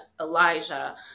Elijah